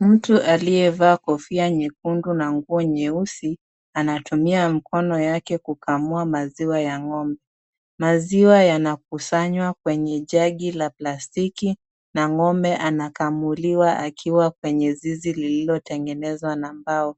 Mtu aliyevaa kofia nyekundu na nguo nyeusi anatumia mkono yake kukamua maziwa ya ng'ombe. Maziwa yanakusanywa kwenye jagi la plastiki na ng'ombe anakamuliwa akiwa kwenye zizi lililotengenezwa na mbao.